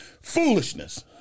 Foolishness